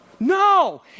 No